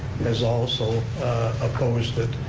has also opposed it,